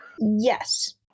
yes